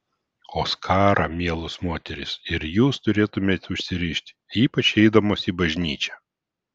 o skarą mielos moterys ir jūs turėtumėte užsirišti ypač eidamos į bažnyčią